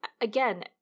again